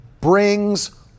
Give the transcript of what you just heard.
brings